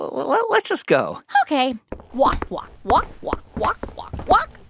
well, let's just go ok walk, walk, walk, walk, walk, walk, walk